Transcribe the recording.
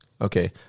Okay